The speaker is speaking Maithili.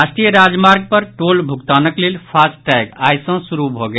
राष्ट्रीय राजमार्ग पर टोल भुगतानक लेल फास्ट टैग आई सॅ लागू भऽ गेल